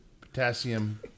Potassium